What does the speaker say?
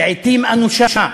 לעתים אנושה.